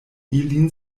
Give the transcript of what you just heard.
ilin